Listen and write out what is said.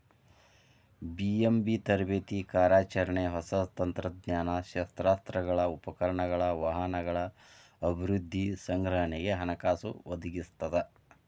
BMB ತರಬೇತಿ ಕಾರ್ಯಾಚರಣೆ ಹೊಸ ತಂತ್ರಜ್ಞಾನ ಶಸ್ತ್ರಾಸ್ತ್ರಗಳ ಉಪಕರಣಗಳ ವಾಹನಗಳ ಅಭಿವೃದ್ಧಿ ಸಂಗ್ರಹಣೆಗೆ ಹಣಕಾಸು ಒದಗಿಸ್ತದ